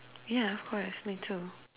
yeah of course me too